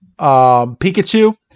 Pikachu